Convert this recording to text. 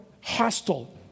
hostile